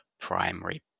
primary